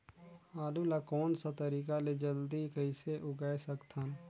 आलू ला कोन सा तरीका ले जल्दी कइसे उगाय सकथन?